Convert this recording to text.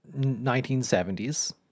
1970s